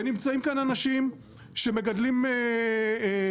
ונמצאים כאן אנשים שמגדלים בקר,